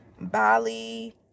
Bali